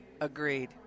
Agreed